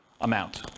amount